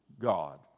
God